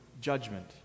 judgment